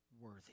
worthy